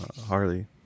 harley